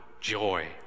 joy